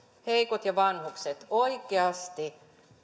heikot ja vanhukset oikeasti